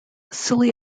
silly